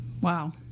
wow